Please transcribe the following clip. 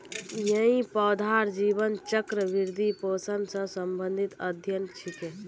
यई पौधार जीवन चक्र, वृद्धि, पोषण स संबंधित अध्ययन छिके